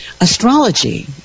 astrology